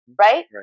Right